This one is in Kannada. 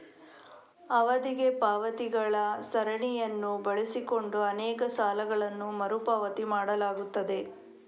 ಅವಧಿಗೆ ಪಾವತಿಗಳ ಸರಣಿಯನ್ನು ಬಳಸಿಕೊಂಡು ಅನೇಕ ಸಾಲಗಳನ್ನು ಮರು ಪಾವತಿ ಮಾಡಲಾಗುತ್ತದೆ